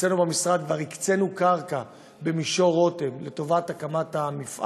אצלנו במשרד כבר הקצינו קרקע במישור רותם להקמת המפעל,